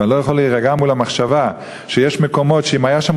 ואני לא יכול להירגע מול המחשבה שיש מקומות שאם היה שם